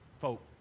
folk